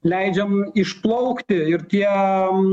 leidžiam išplaukti ir tie